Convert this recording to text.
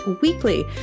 weekly